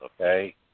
Okay